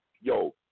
Yo